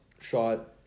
shot